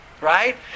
right